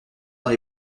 dans